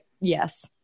yes